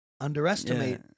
underestimate